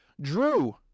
drew